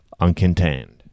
uncontained